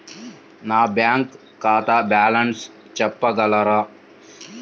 నా బ్యాంక్ ఖాతా బ్యాలెన్స్ చెప్పగలరా?